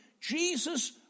Jesus